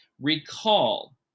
recall